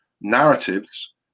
narratives